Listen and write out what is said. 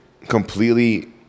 completely